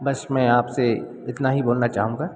बस मैं आपसे इतना ही बोलना चाहूँगा